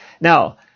Now